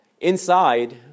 Inside